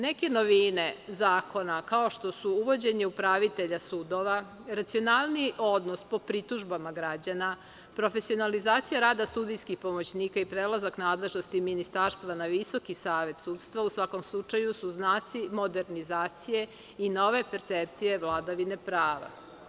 Neke novine zakona kao što su uvođenje upravitelja sudova, racionalniji odnos po pritužbama građana, profesionalizacija rada sudijskih pomoćnika i prelazak nadležnosti ministarstva na Visoki savet sudstva u svakom slučaju su znaci modernizacije i nove percepcije vladavine prava.